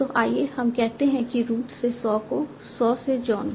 तो आइए हम कहते हैं कि रूट से सॉ को सॉ से जॉन को